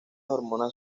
hormonas